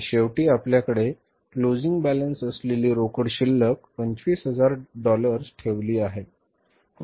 आणि शेवटी आपल्याकडे closing balance असलेली रोकड शिल्लक 25000 डॉलर्स ठेवली आहे